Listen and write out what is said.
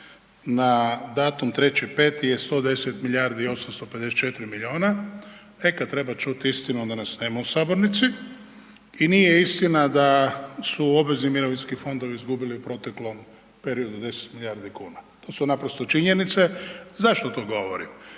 na datum 3.5.je 110 milijardi i 854 milijuna, e kada treba čuti istinu onda nas nema u sabornici. I nije istina da su obvezni mirovinski fondovi izgubili u proteklom periodu 10 milijardi kuna, to su naprosto činjenice. Zašto to govorim?